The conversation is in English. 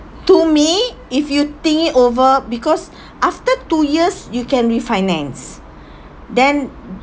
to me if you think it over because after two years you can refinance then